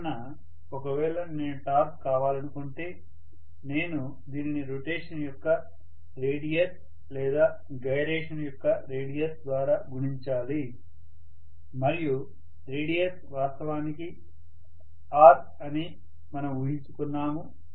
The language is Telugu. అందువలన ఒకవేళ నేను టార్క్ కావాలనుకుంటే నేను దీనిని రొటేషన్ యొక్క రేడియస్ లేదా గైరేషన్ యొక్క రేడియస్ ద్వారా గుణించాలి మరియు రేడియస్ వాస్తవానికి r అని మనం ఊహించుకున్నాము